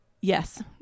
yes